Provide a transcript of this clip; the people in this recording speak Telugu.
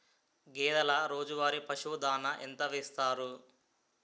గేదెల రోజువారి పశువు దాణాఎంత వేస్తారు?